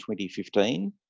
2015